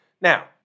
Now